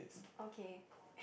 okay